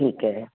ਠੀਕ ਹੈ